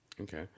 Okay